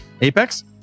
Apex